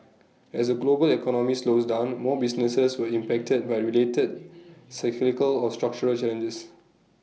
as A global economy slows down more businesses were impacted by related cyclical or structural challenges